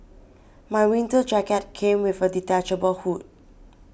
my winter jacket came with a detachable hood